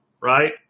right